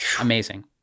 amazing